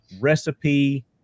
recipe